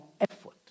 effort